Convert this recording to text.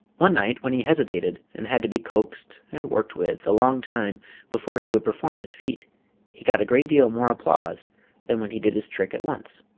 one night when he hesitated and had to be coaxed and worked with a long time before he would perform his feat he got a great deal more applause than when he did his trick at once.